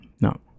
No